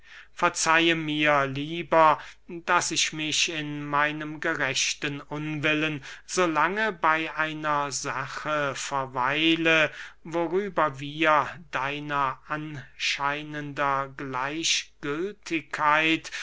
verzeihe mir lieber daß ich mich in meinem gerechten unwillen so lange bey einer sache verweile worüber wir deiner anscheinenden gleichgültigkeit